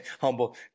humble